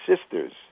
sisters